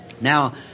Now